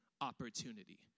opportunity